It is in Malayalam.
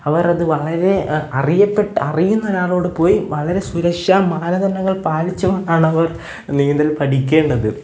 അവരത് വളരെ അറിയുന്നൊരാളോട് പോയി വളരെ സുരക്ഷാ മാനദണ്ഡങ്ങൾ പാലിച്ചോണ്ടാണവർ നീന്തൽ പഠിക്കേണ്ടത്